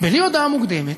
בלי הודעה מוקדמת,